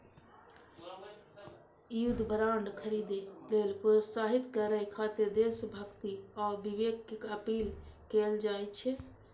युद्ध बांड खरीदै लेल प्रोत्साहित करय खातिर देशभक्ति आ विवेक के अपील कैल जाइ छै